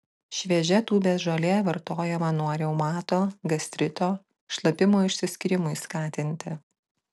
šviežia tūbės žolė vartojama nuo reumato gastrito šlapimo išsiskyrimui skatinti